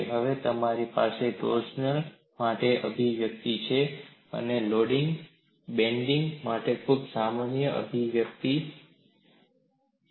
હવે તમારી પાસે ટોર્સિયન માટે અભિવ્યક્તિ છે તમને બેન્ડિંગ માટે ખૂબ સમાન અભિવ્યક્તિ મળશે